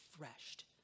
refreshed